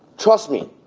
trust me.